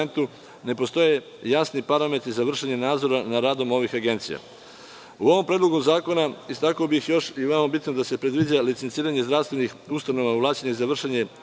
ne postoje jasni parametri za vršenje nadzora nad radom ovih agencija.U ovom Predlogu zakona istakao bih još i veoma bitno da se predviđa licenciranje zdravstvenih ustanova ovlašćenih za vršenje